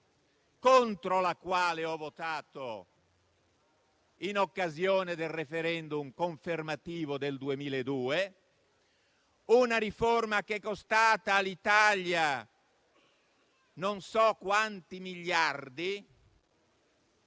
contro la quale ho votato in occasione del *referendum* confermativo del 2002. È una riformache è costata all'Italia non so quanti miliardi